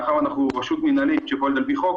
מאחר ואנחנו רשות מינהלית שפועלת על פי חוק